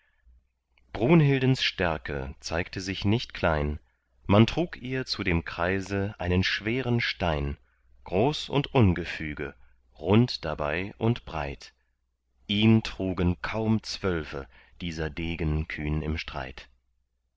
brunhildens stärke zeigte sich nicht klein man trug ihr zu dem kreise einen schweren stein groß und ungefüge rund dabei und breit ihn trugen kaum zwölfe dieser degen kühn im streit